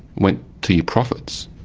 went to your profits.